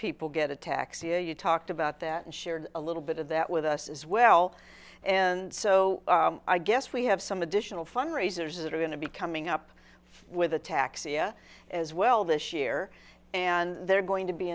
people get a taxi to you talked about that and share a little bit of that with us as well and so i guess we have some additional fundraisers that are going to be coming up with a taxi as well this year and they're going to be